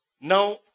Now